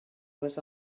was